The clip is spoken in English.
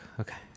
okay